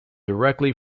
directly